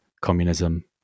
communism